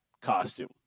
costume